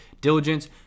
diligence